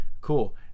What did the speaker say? cool